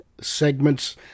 segments